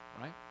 Right